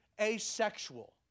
asexual